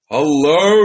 Hello